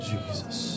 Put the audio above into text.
Jesus